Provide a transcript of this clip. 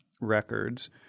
records